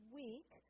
week